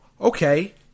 Okay